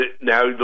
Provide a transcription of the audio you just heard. now